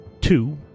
Two